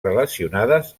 relacionades